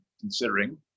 considering